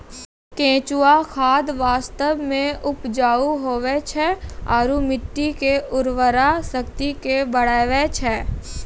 केंचुआ खाद वास्तव मे उपजाऊ हुवै छै आरू मट्टी के उर्वरा शक्ति के बढ़बै छै